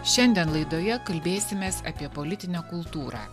šiandien laidoje kalbėsimės apie politinę kultūrą